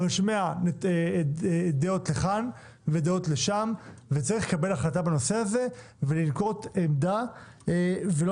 אני שומע דעות לכאן ולשם וצריך לקבל החלטה בנושא הזה ולנקוט עמדה ולא